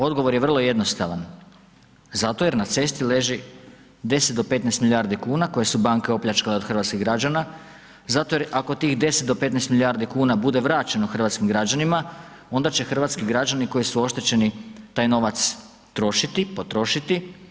Odgovor je vrlo jednostavan zato jer na cesti leži 10 do 15 milijardi kuna koje su banke opljačkale od hrvatskih građana, zato jer ako tih 10 do 15 milijardi kuna bude vraćeno hrvatskim građanima onda će hrvatski građani koji su oštećeni taj novac trošiti, potrošiti.